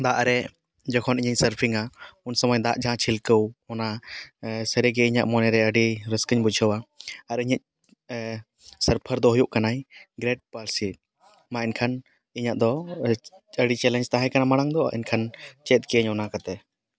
ᱫᱟᱜ ᱨᱮ ᱡᱚᱠᱷᱚᱱ ᱤᱧᱤᱧ ᱥᱟᱨᱯᱷᱤᱝᱟ ᱩᱱᱥᱚᱢᱚᱭ ᱫᱟᱜ ᱡᱟᱦᱟᱸ ᱪᱷᱤᱞᱠᱟᱹᱣ ᱚᱱᱟ ᱥᱟᱹᱨᱩᱤ ᱜᱮ ᱤᱧᱟᱹᱜ ᱢᱚᱱᱮ ᱨᱮ ᱟᱹᱰᱤ ᱨᱟᱹᱥᱠᱟᱹᱧ ᱵᱩᱡᱷᱟᱹᱣᱟ ᱟᱨ ᱤᱧᱟᱹᱜ ᱥᱟᱨᱯᱷᱟᱨ ᱫᱚ ᱦᱩᱭᱩᱜ ᱠᱟᱱᱟᱭ ᱜᱨᱮᱴ ᱯᱟᱹᱨᱥᱤ ᱢᱟ ᱮᱱᱠᱷᱟᱱ ᱤᱧᱟᱹᱜ ᱫᱚ ᱟᱹᱰᱤ ᱪᱮᱞᱮᱧᱡ ᱛᱟᱦᱮᱸ ᱠᱟᱱᱟ ᱢᱟᱲᱟᱝ ᱫᱚ ᱮᱱᱠᱷᱟᱱ ᱪᱮᱫ ᱠᱮᱜ ᱟᱹᱧ ᱚᱱᱟ ᱠᱟᱛᱮ